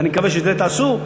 ואני מקווה שתעשו את זה,